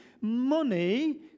money